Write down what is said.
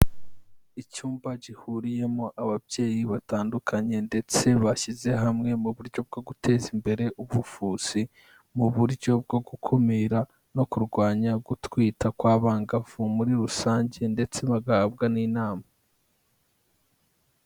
Icyumba gihuriyemo ababyeyi batandukanye ndetse bashyize hamwe mu buryo bwo guteza imbere ubuvuzi mu buryo bwo gukumira no kurwanya gutwita kw'abangavu muri rusange ndetse bagahabwa n'inama.